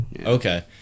okay